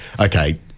okay